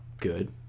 good